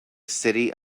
city